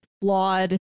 flawed